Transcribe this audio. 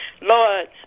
Lord